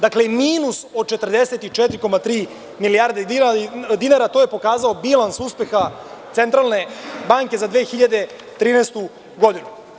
Dakle, minus od 44,3 milijarde dinara, to je pokazao bilans uspeha Centralne banke za 2013. godinu.